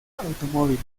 automóviles